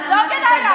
לא כדאי לך.